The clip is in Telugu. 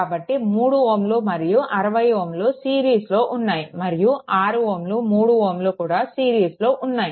కాబట్టి 3 Ω మరియు 60 Ω సిరీస్లో ఉన్నాయి మరియు 6 Ω 30 Ω కూడా సిరీస్లో ఉన్నాయి